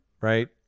right